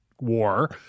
war